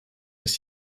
ist